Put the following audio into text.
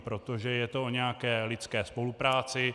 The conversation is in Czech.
Protože je to o nějaké lidské spolupráci.